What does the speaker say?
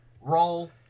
roll